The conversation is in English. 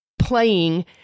playing